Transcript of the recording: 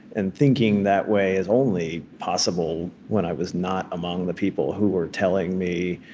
and thinking that way is only possible when i was not among the people who were telling me